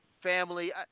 Family